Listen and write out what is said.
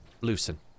loosen